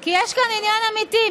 כי יש כאן עניין אמיתי.